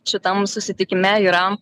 šitam susitikime yra